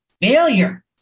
failure